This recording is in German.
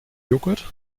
joghurt